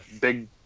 Big